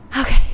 Okay